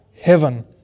heaven